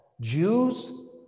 Jews